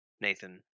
Nathan